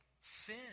sin